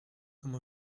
comme